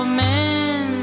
men